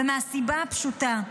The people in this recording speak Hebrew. ומסיבה פשוטה: